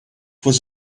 was